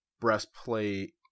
Breastplate